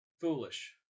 foolish